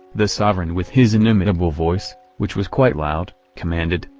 the sovereign with his inimitable voice, which was quite loud, commanded,